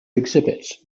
exhibits